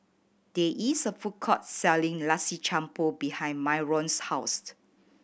there is a food court selling Nasi Campur behind Myron's housed